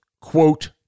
quote